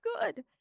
good